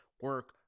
Work